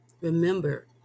Remember